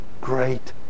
great